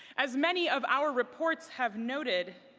as many of our reports have noted,